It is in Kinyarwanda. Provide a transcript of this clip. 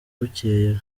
bukeye